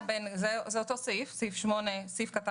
זה אותו סעיף, סעיף 78ט(ב)(8).